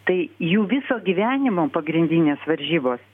tai jų viso gyvenimo pagrindinės varžybos